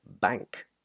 bank